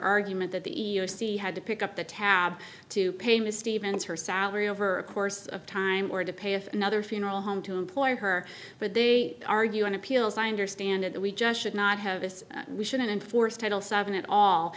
argument that the e e o c had to pick up the tab to pay ms stevens her salary over a course of time or to pay of another funeral home to employ her but they argue on appeal as i understand it that we just should not have this we shouldn't enforce title seven at all